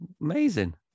Amazing